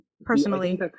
Personally